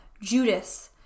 Judas